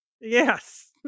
Yes